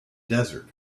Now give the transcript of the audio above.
desert